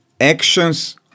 actions